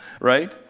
right